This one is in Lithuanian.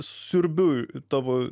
siurbiu tavo